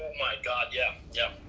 my god, yeah, yeah.